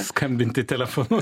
skambinti telefonu